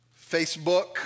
Facebook